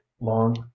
long